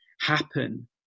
happen